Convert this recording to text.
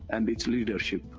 and its leadership.